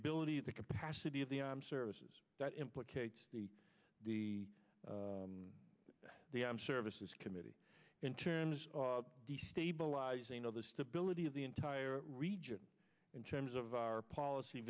ability of the capacity of the armed services that implicates the the the i'm services committee in terms of destabilizing of the stability of the entire region in terms of our policy